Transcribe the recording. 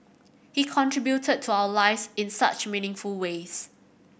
he contributed to our lives in such meaningful ways